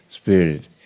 Spirit